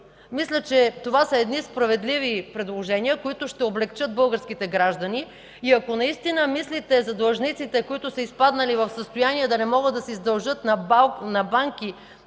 Мисля, че това са справедливи предложения, които ще облекчат българските граждани, и ако наистина мислите за длъжниците, които са изпаднали в състояние да не могат да се издължат на банки,